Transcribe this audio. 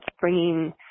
bringing